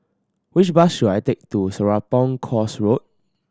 which bus should I take to Serapong Course Road